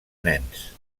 nens